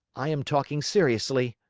i am talking seriously.